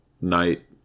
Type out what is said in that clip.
night